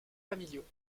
familiaux